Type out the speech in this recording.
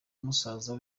musaza